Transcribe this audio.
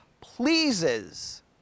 pleases